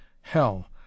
hell